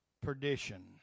perdition